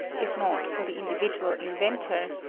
if not for the individual inventor,